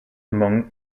among